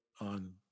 on